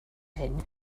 hyn